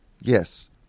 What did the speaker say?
Yes